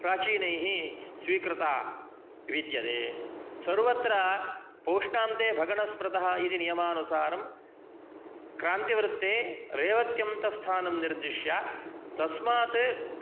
प्राचीनैः स्वीकृता विद्यते सर्वत्र पोष्णान्ते भगनः स्मृतः इति नियमानुसारं क्रान्तिवृत्ते रेवत्यन्तस्थानं निर्दिश्य तस्मात्